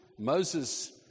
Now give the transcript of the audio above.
Moses